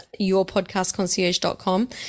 yourpodcastconcierge.com